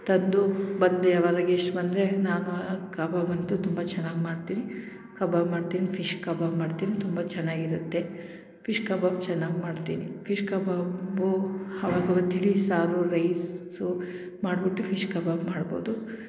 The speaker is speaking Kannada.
ತಂದು ಬಂದಿಯವರಗೆ ಇಶ್ ಬಂದರೆ ನಾನು ಕಬಾಬ್ ಅಂತೂ ತುಂಬ ಚೆನ್ನಾಗಿ ಮಾಡ್ತೀನಿ ಕಬಾಬ್ ಮಾಡ್ತೀನಿ ಫಿಶ್ ಕಬಾಬ್ ಮಾಡ್ತೀನಿ ತುಂಬ ಚೆನ್ನಾಗಿರುತ್ತೆ ಫಿಶ್ ಕಬಾಬ್ ಚೆನ್ನಾಗಿ ಮಾಡ್ತೀನಿ ಫಿಶ್ ಕಬಾಬು ಆವಾಗ ಆವಾಗ ತಿಳಿ ಸಾರು ರೈಸು ಮಾಡ್ಬಿಟ್ಟು ಫಿಶ್ ಕಬಾಬ್ ಮಾಡ್ಬೋದು